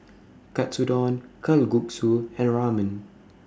Katsudon Kalguksu and Ramen